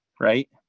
right